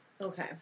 Okay